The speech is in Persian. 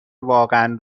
واقعا